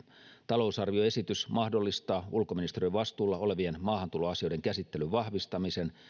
talousarvioesitys mahdollistaa ulkoministeriön vastuulla olevien maahantuloasioiden käsittelyn vahvistamisen